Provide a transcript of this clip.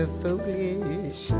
foolish